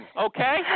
okay